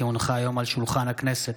כי הונחו היום על שולחן הכנסת,